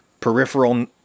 peripheral